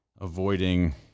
avoiding